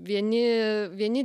vieni vieni